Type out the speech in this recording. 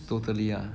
totally ah